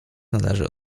należy